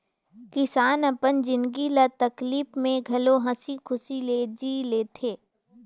किसान अपन जिनगी ल तकलीप में घलो हंसी खुशी ले जि ले थें